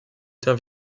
était